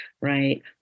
right